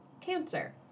cancer